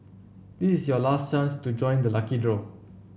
this is your last chance to join the lucky draw